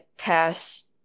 pass